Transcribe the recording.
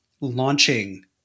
launching